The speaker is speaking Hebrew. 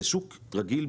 בשוק רגיל,